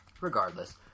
regardless